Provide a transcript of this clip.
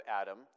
Adam